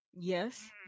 Yes